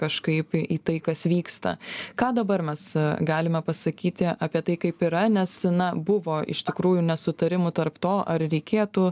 kažkaip į tai kas vyksta ką dabar mes galime pasakyti apie tai kaip yra nes na buvo iš tikrųjų nesutarimų tarp to ar reikėtų